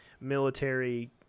military